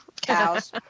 Cows